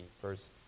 first